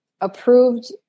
approved